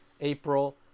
April